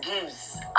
gives